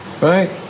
Right